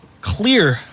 clear